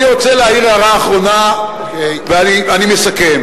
אני רוצה להעיר הערה אחרונה, ואני מסכם.